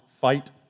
fight